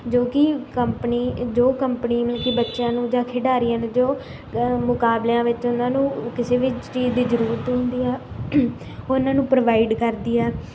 ਜੋ ਕਿ ਕੰਪਨੀ ਜੋ ਕੰਪਨੀ ਮਤਲਬ ਕਿ ਬੱਚਿਆਂ ਨੂੰ ਜਾਂ ਖਿਡਾਰੀਆਂ ਨੂੰ ਜੋ ਮੁਕਾਬਲਿਆਂ ਵਿੱਚ ਉਹਨਾਂ ਨੂੰ ਕਿਸੇ ਵੀ ਚੀਜ ਦੀ ਜ਼ਰੂਰਤ ਹੁੰਦੀ ਹੈ ਉਹਨਾਂ ਨੂੰ ਪ੍ਰੋਵਾਇਡ ਕਰਦੀ ਹੈ